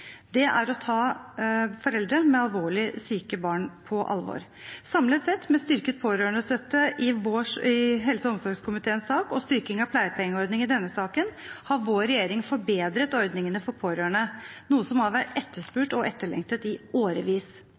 Det er å ta foreldre med alvorlig syke barn på alvor. Samlet sett, med styrket pårørendestøtte i helse- og omsorgskomiteens sak og styrking av pleiepengeordningen i denne saken, har vår regjering forbedret ordningene for pårørende, noe som har vært etterspurt og etterlengtet i årevis.